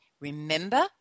remember